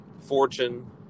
Fortune